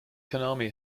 konami